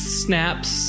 snaps